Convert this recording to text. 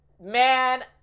man